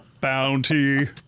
Bounty